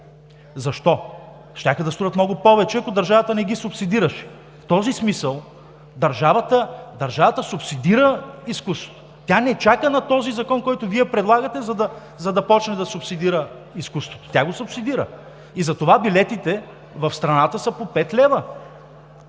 Защо?! Щяха да струват много повече, ако държавата не ги субсидираше. В този смисъл държавата субсидира изкуството, тя не чака на този закон, който Вие предлагате, за да почне да субсидира изкуството. Тя го субсидира и затова билетите в страната са по 5 лв.